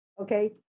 okay